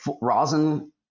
rosin